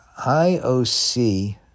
IOC